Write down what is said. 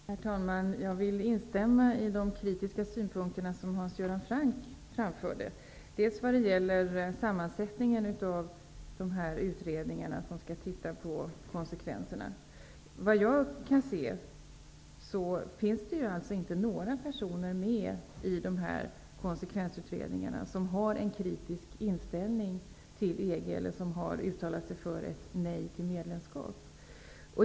Herr talman! Jag vill instämma i de kritiska synpunkter som Hans Göran Franck framförde vad gäller sammansättningen av de utredningar som skall titta på konsekvenserna. Såvitt jag kan se finns det inte med några personer i dessa konsevensutredningar som har en kritisk inställning till EG eller som har uttalat sig för ett nej till medlemskap.